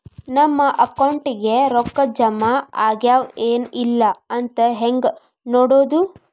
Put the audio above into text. ನಮ್ಮ ಅಕೌಂಟಿಗೆ ರೊಕ್ಕ ಜಮಾ ಆಗ್ಯಾವ ಏನ್ ಇಲ್ಲ ಅಂತ ಹೆಂಗ್ ನೋಡೋದು?